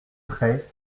prés